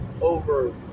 over